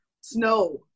snow